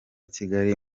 kigali